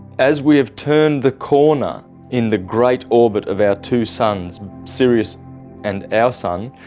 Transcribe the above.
as we have turned the corner in the great orbit of our two suns sirius and our sun,